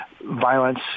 violence